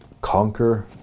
conquer